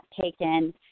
taken